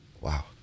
Wow